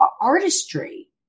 artistry